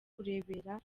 kureberera